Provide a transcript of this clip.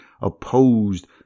opposed